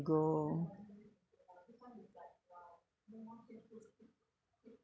go